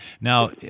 Now